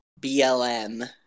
BLM